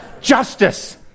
Justice